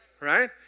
right